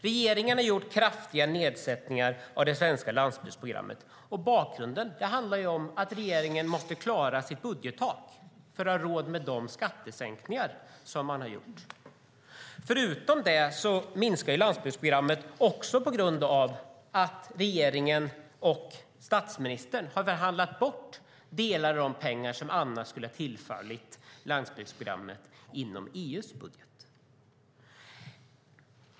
Regeringen har gjort kraftiga nedsättningar i det svenska landsbygdsprogrammet. Bakgrunden är att regeringen måste klara sitt budgettak för att ha råd med skattesänkningarna. Förutom detta minskar landsbygdsprogrammet också på grund av att regeringen och statsministern har förhandlat bort delar av de pengar som annars skulle ha tillfallit landsbygdsprogrammet inom EU:s budget.